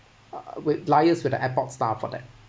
will liase with the airport staff on that